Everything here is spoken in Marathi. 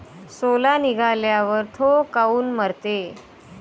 सोला निघाल्यावर थो काऊन मरते?